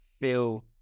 feel